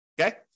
Okay